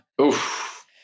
Oof